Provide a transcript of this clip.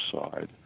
side